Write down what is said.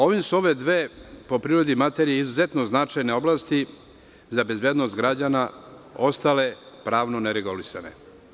Ovim su ove dve po prirodi materije izuzetno značajne oblasti za bezbednost građana, ostale pravno neregulisane.